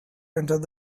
entered